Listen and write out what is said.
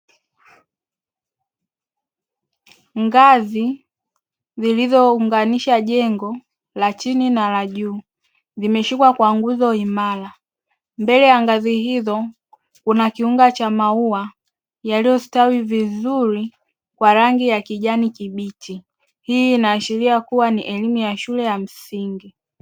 Ngazi zilizo unganisha jengo la chini na la juu zimeshikwa kwa nguzo imara mbele ya ngazi hizo kuna kiunga cha maua yaliyo stawi vizuri kwa rangi ya kijani kibichi, hii inaashiria kuwa ni elimu ya shule ya msingi.